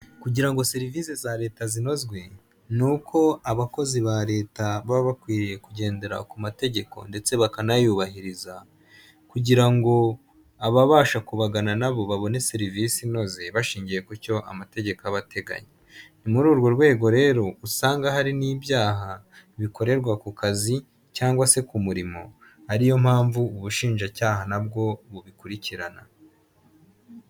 Kugira ngo serivise za leta zinozwe ni uko abakozi ba leta baba bakwiriye kugendera ku mategeko ndetse bakanayubahiriza kugira ngo ababasha kubagana nabo babone serivisi inoze bashingiye ku cyo amategeko aba ateganya, ni muri urwo rwego rero usanga hari n'ibyaha bikorerwa ku kazi cyangwa se ku murimo, ariyo mpamvu ubushinjacyaha n'abwo bubikurikirana.